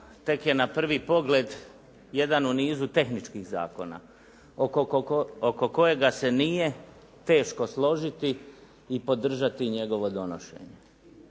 tek je na prvi pogled jedan u nizu tehničkih zakona oko kojega se nije teško složiti i podržati njegovo donošenje.